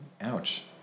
ouch